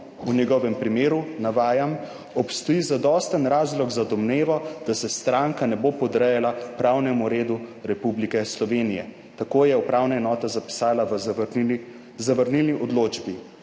V njegovem primeru, navajam, »obstoji zadosten razlog za domnevo, da se stranka ne bo podrejala pravnemu redu Republike Slovenije«. Tako je upravna enota zapisala v zavrnjeni